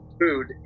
food